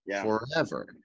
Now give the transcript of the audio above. forever